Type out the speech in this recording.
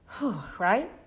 Right